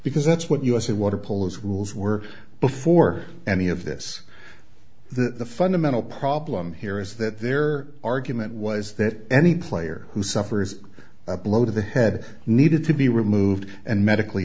because that's what usa water polish rules were before any of this the fundamental problem here is that their argument was that any player who suffers a blow to the head needed to be removed and medically